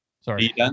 sorry